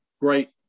great